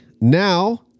now